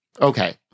Okay